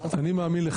יכול להיות.